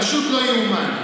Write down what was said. פשוט לא ייאמן.